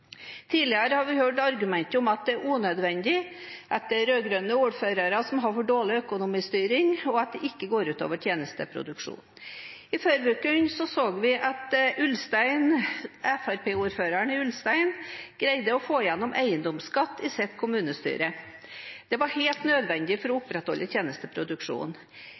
Tidligere har vi hørt argumentet om at det er unødvendig, at det er rød-grønne ordførere som har for dårlig økonomistyring, og at det ikke går ut over tjenesteproduksjonen. I forrige uke så vi at Fremskrittsparti-ordføreren i Ulstein greide å få gjennom eiendomsskatt i sitt kommunestyre. Det var helt nødvendig for å opprettholde tjenesteproduksjonen.